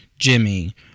Jimmy